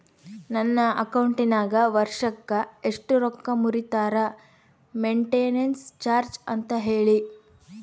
ನನ್ನ ಅಕೌಂಟಿನಾಗ ವರ್ಷಕ್ಕ ಎಷ್ಟು ರೊಕ್ಕ ಮುರಿತಾರ ಮೆಂಟೇನೆನ್ಸ್ ಚಾರ್ಜ್ ಅಂತ ಹೇಳಿ?